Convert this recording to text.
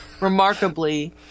remarkably